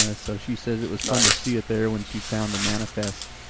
ah so she says it was fun to see it there when she found the manifest.